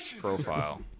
Profile